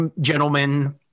gentlemen